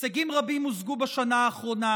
הישגים רבים הושגו בשנה האחרונה,